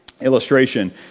illustration